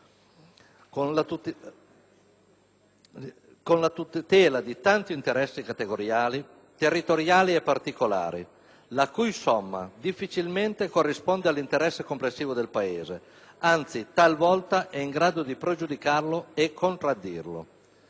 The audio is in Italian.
con la tutela di tanti interessi categoriali, territoriali e particolari, la cui somma difficilmente corrisponde all'interesse complessivo del Paese; anzi, talvolta, è in grado di pregiudicarlo e contraddirlo.